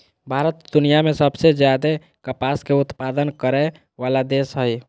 भारत दुनिया में सबसे ज्यादे कपास के उत्पादन करय वला देश हइ